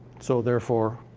so therefore.